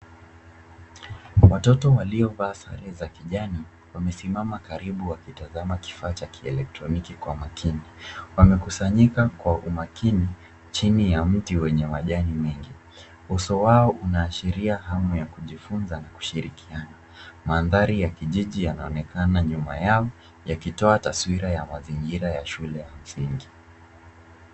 Watoto waliovaa sare za kijani wamesimama karibu wakitazama kifaa cha kielektroniki kwa makini. Wamekusanyika kwa umakini chini ya mti wenye majani mengi. Uso wao unaashiria hamu ya kujifunza na kushirikiana. Mandhari ya kijiji yanaonekana nyuma yao yakitoa taswira ya mazingira ya shule ya msingi.